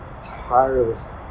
tireless